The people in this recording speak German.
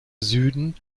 süden